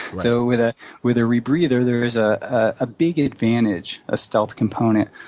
so, with ah with a rebreather, there's ah a big advantage, a stealth component.